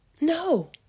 No